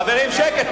חברים, שקט.